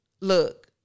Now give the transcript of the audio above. Look